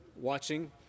watching